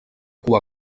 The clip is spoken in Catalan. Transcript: cua